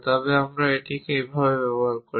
তবে আমরা এটিকে এভাবে ব্যবহার করি